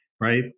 Right